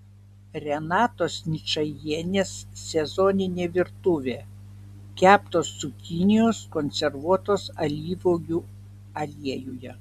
renatos ničajienės sezoninė virtuvė keptos cukinijos konservuotos alyvuogių aliejuje